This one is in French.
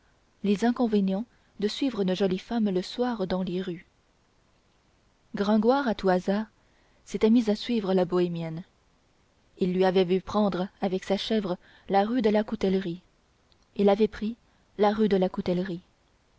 les inconvénients de suivre une jolie femme le soir dans les rues gringoire à tout hasard s'était mis à suivre la bohémienne il lui avait vu prendre avec sa chèvre la rue de la coutellerie il avait pris la rue de la coutellerie